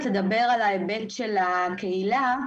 על ההיבט הקהילה.